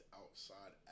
outside